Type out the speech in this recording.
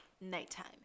nighttime